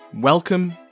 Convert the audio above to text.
Welcome